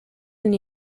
and